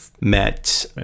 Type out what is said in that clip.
met